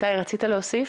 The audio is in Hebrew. איתי, רצית להוסיף?